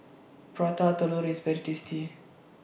Prata Telur IS very tasty